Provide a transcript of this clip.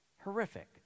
horrific